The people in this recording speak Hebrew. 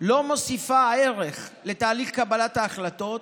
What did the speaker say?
לא מוסיפה ערך לתהליך קבלת ההחלטות,